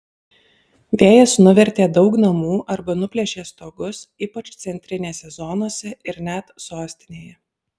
vėjas nuvertė daug namų arba nuplėšė stogus ypač centinėse zonose ir net sostinėje